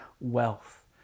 wealth